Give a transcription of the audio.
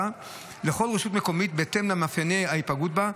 בכל רשות מקומית בהתאם למאפייני ההיפגעות בה.